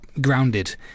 grounded